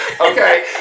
okay